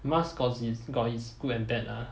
mask gots it's got it's good and bad lah